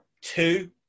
two